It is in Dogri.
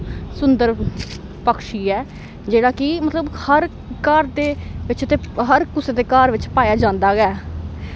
सुन्दर पक्षी ऐ जेह्ड़ा कि मतलव हर घर बिच्च ते हर कुसै दे घर बिच्च पाया जंदा गै